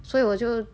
所以我就